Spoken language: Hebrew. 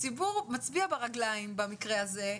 הציבור מצביע ברגליים במקרה הזה,